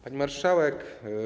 Pani Marszałek!